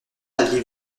aviez